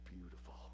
beautiful